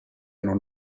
non